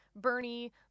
Bernie